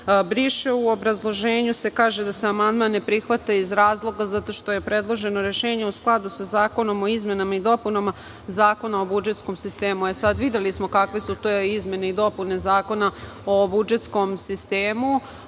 briše. U obrazloženju se kaže da se amandman ne prihvata iz razloga što je predloženo rešenje u skladu sa Zakonom o izmenama i dopunama Zakona o budžetskom sistemu. Videli smo kakve su to izmene i dopune Zakona o budžetskom sistemu,